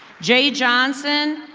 jay johnson,